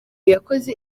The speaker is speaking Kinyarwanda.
yakoze